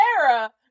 Sarah